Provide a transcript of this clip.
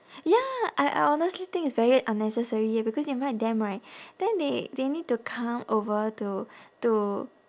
ya I I honestly think it's very unnecessary here because invite them right then they they need to come over to to